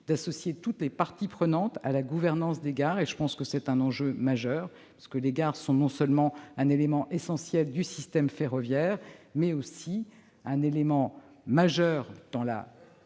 d'associer toutes les parties prenantes à la gouvernance des gares. C'est un enjeu majeur, car les gares constituent non seulement un élément essentiel du système ferroviaire, mais aussi un élément majeur dans la